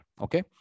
okay